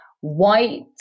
white